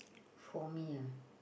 for me ah